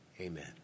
amen